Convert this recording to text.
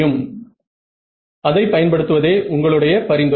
Refer Time 1417 அதை பயன்படுத்துவதே உங்களுடைய பரிந்துரை